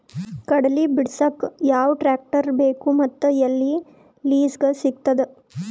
ಕಡಲಿ ಬಿಡಸಕ್ ಯಾವ ಟ್ರ್ಯಾಕ್ಟರ್ ಬೇಕು ಮತ್ತು ಎಲ್ಲಿ ಲಿಜೀಗ ಸಿಗತದ?